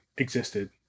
Existed